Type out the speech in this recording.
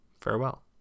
farewell